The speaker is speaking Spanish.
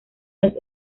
los